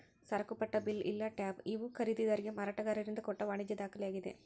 ಸರಕುಪಟ್ಟ bill ಇಲ್ಲಾ tab ಇವು ಖರೇದಿದಾರಿಗೆ ಮಾರಾಟಗಾರರಿಂದ ಕೊಟ್ಟ ವಾಣಿಜ್ಯ ದಾಖಲೆಯಾಗಿದೆ